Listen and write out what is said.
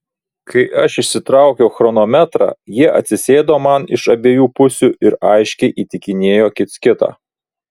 kai aš išsitraukiau chronometrą jie atsisėdo man iš abiejų pusių ir aiškiai įtikinėjo kits kitą